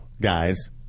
guys